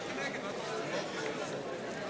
הודעת ראש הממשלה נתקבלה.